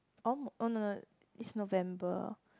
oh no no no it's November